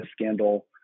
scandal